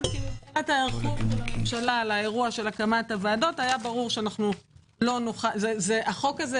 כי מבחינת היערכות הממשלה לאירוע של הקמת הועדות היה ברור שהחוק הזה,